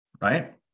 right